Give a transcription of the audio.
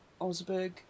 Osberg